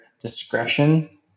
discretion